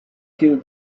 killed